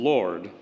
Lord